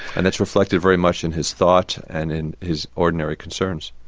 and that's reflected very much in his thought and in his ordinary concerns.